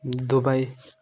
Dubai